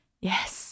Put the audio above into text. Yes